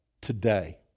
today